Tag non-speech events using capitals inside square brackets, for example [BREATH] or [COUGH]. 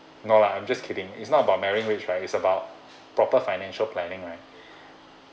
no lah I'm just kidding it's not about marry rich it's about proper financial planning right [BREATH]